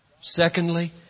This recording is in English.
Secondly